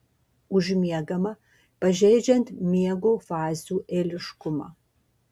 užmiegama pažeidžiant miego fazių eiliškumą